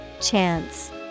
Chance